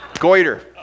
goiter